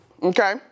Okay